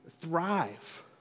thrive